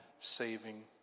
saving